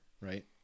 Right